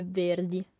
verdi